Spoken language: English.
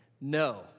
No